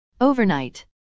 Overnight